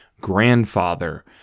grandfather